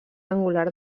angular